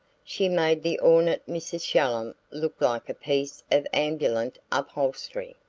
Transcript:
she made the ornate mrs. shallum look like a piece of ambulant upholstery.